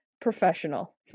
professional